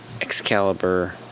excalibur